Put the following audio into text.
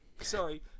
sorry